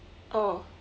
oh